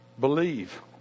believe